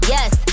Yes